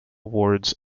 awards